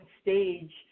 stage